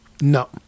no